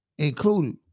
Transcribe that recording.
Included